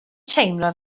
teimlo